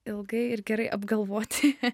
ilgai ir gerai apgalvoti